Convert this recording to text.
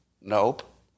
nope